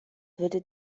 würde